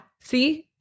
See